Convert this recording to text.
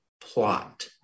plot